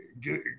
get